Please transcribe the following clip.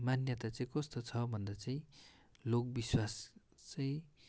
मान्यता चाहिँ कस्तो छ भन्दा चाहिँ लोकविश्वास चाहिँ